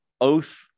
oath